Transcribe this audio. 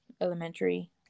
elementary